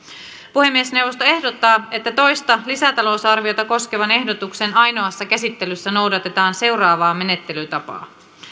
puhemiesneuvosto ehdottaa että toista lisätalousarviota koskevan ehdotuksen ainoassa käsittelyssä noudatetaan seuraavaa menettelytapaa